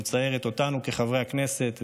והיא מצערת אותנו כחברי הכנסת,